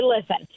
listen